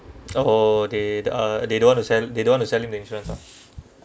oh they the uh they don't want to sell they don't want to sell you the insurance ah